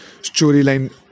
storyline